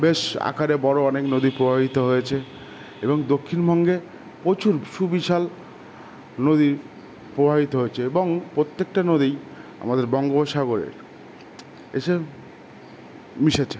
বেশ আকারে বড়ো অনেক নদী প্রবাহিত হয়েছে এবং দক্ষিণভঙ্গে প্রচুর সুবিশাল নদীর প্রবাহিত হয়েছে এবং প্রত্যেকটা নদীই আমাদের বঙ্গোসাগরের এসে মিশেছে